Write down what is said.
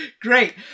Great